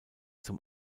zum